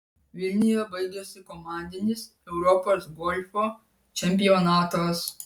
vilniuje baigėsi komandinis europos golfo čempionatas